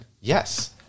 Yes